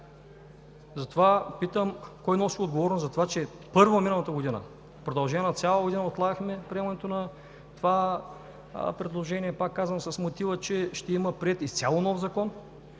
Затова питам: кой носи отговорност за това, че първо миналата година в продължение на цяла година отлагахме приемането на това предложение, пак казвам, с мотива, че ще има приет изцяло нов закон,